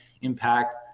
impact